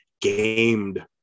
gamed